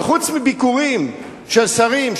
אבל חוץ מביקורים של שרים,